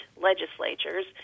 legislatures